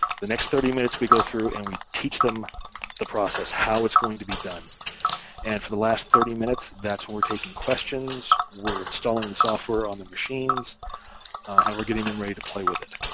the next thirty minutes we go through and we teach them the process, how it's going to be done and for the last thirty minutes, that's when we're taking questions, we're installing the software on their machines and we're getting them ready to play with it.